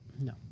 No